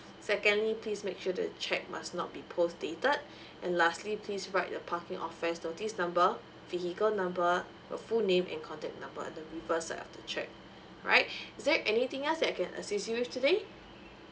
secondly please make sure the check must not be post dated and lastly please write a parking offense notice number vehicle number your full name and contact number at the reverse side of the check alright is there anything else that I can assist you with today